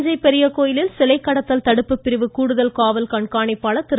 தஞ்சை பெரியகோவிலில் சிலை கடத்தல் தடுப்பு பிரிவு கூடுதல் காவல் கண்காணிப்பாளர் திரு